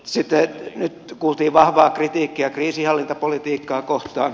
nyt kuultiin vahvaa kritiikkiä kriisinhallintapolitiikkaa kohtaan